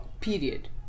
period